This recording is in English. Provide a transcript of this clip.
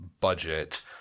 budget